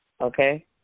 Okay